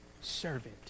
servant